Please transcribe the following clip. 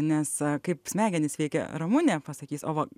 nes a kaip smegenys veikia ramunė pasakys o va